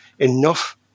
enough